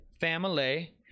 family